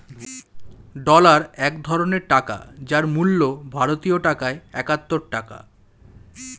dollar এক ধরনের টাকা যার মূল্য ভারতীয় টাকায় একাত্তর টাকা